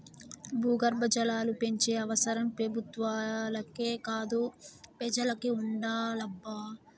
భూగర్భ జలాలు పెంచే అవసరం పెబుత్వాలకే కాదు పెజలకి ఉండాలబ్బా